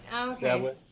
Okay